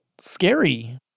scary